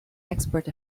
export